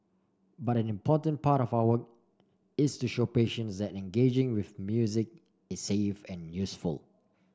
but an important part of our work is to show patients that engaging with music is safe and useful